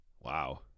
wow